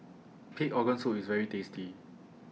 Pig Organ Soup IS very tasty